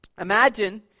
Imagine